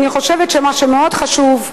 אני חושבת שמה שמאוד חשוב,